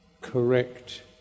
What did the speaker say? correct